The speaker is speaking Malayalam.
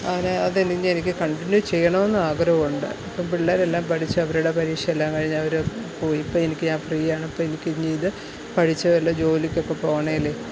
അങ്ങനെ അത് ഇനി എനിക്ക് കണ്ടിന്യൂ ചെയ്യണമെന്ന് ആഗ്രഹമുണ്ട് അപ്പം പിള്ളേരെല്ലാം പഠിച്ച് അവരുടെ പരീക്ഷയെല്ലാം കഴിഞ്ഞ് അവർ പോയി ഇപ്പോൾ എനിക്ക് ഞാൻ ഫ്രീ ആണ് അപ്പോൾ എനിക്ക് ഇനി ഇത് പഠിച്ച് വല്ല ജോലിക്കൊക്കെ പോണേല്